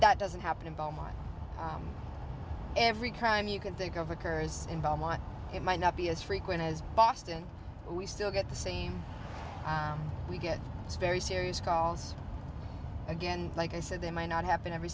that doesn't happen in belmont every crime you can think of occurs in belmont it might not be as frequent as boston we still get the same we get very serious calls again like i said they may not happen every